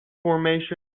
formation